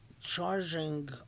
charging